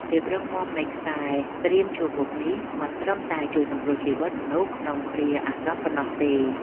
ភាពរឹងមាំនៃខ្សែត្រៀមជួរមុខនេះ មិនត្រឹមតែជួយសង្គ្រោះជីវិតមនុស្សក្នុងគ្រាអាសន្នប៉ុណ្ណោះទេ។